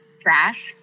trash